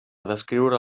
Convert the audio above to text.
descriure